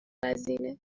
وزینه